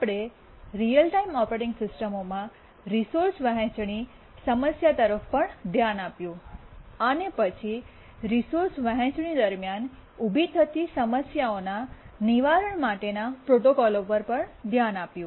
આપણે real time operating સિસ્ટમોમાં resource વહેંચણીની સમસ્યા તરફ પણ ધ્યાન આપ્યું અને પછી રિસોર્સ વહેંચણી દરમિયાન ઉભી થતી સમસ્યાઓના નિવારણ માટેના પ્રોટોકોલો પર પણ ધ્યાન આપ્યું